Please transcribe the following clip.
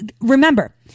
remember